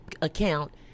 Account